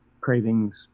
cravings